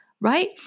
right